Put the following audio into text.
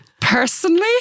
Personally